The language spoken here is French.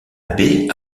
baie